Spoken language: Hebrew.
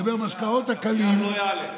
אני מדבר על המשקאות הקלים, הקוויאר לא יעלה.